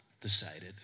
decided